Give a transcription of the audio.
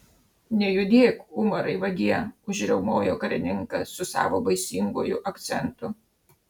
nejudėk umarai vagie užriaumojo karininkas su savo baisinguoju akcentu